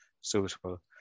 suitable